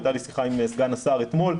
הייתה לי שיחה עם סגן השר אתמול,